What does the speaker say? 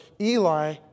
Eli